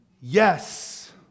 Yes